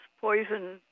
poison